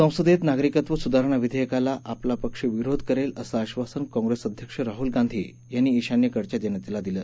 संसदेत नागरिकत्व विधेयकाला आपला पक्ष विरोध करेल असं आक्षासन काँग्रेस अध्यक्ष राहूल गांधी यांनी ईशान्येकडच्या जनतेला दिलं